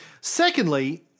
Secondly